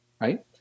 right